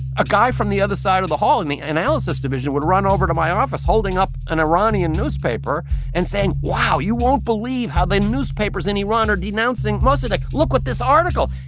a guy from the other side of the hall in the analysis division would run over to my office holding up an iranian newspaper and saying, wow, you won't believe how the newspapers in iran are denouncing mossadegh. look at this article.